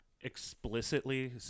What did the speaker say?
explicitly